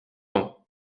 ans